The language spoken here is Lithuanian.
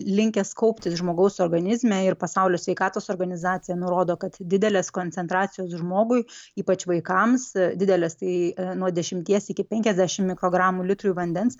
linkęs kauptis žmogaus organizme ir pasaulio sveikatos organizacija nurodo kad didelės koncentracijos žmogui ypač vaikams didelės tai nuo dešimties iki penkiasdešimt mikrogramų litrui vandens